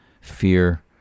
fear